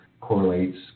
correlates